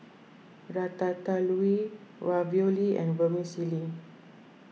Ratatouille Ravioli and Vermicelli